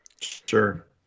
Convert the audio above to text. Sure